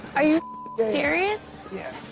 are you serious? yeah.